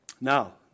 Now